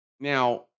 Now